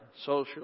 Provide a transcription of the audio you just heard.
social